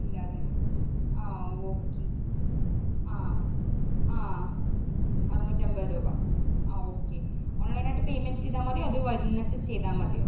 ഇല്ലാല്ലേ ആ ഓക്കെ ആ ആ അറുനൂറ്റി അമ്പത് രൂപ ആ ഓക്കെ ഓൺലൈൻ ആയിട്ട് പേയ്മെൻ ചെയ്താൽ മതിയോ അത് വന്നിട്ട് ചെയ്താൽ മതിയോ